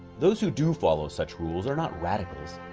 those who do follow such rules are not radicals.